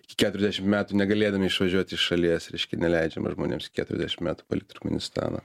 iki keturiasdešimt metų negalėdami išvažiuot iš šalies reiškia neleidžiama žmonėms iki keturiasdešimt metų palikt turkmėnistaną